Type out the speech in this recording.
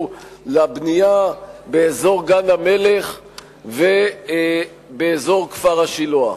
לבנייה באזור גן-המלך ובאזור כפר-השילוח.